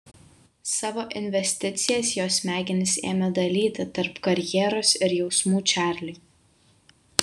savo investicijas jos smegenys ėmė dalyti tarp karjeros ir jausmų čarliui